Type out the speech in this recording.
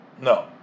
no